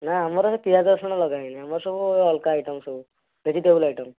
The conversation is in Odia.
ନା ଆମର ବି ପିଆଜ ରସୁଣ ଲଗାହେଇନି ଆମର ସବୁ ଅଲଗା ଆଇଟମ୍ ସବୁ ଭେଜିଟେବଲ୍ ଆଇଟମ୍